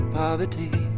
poverty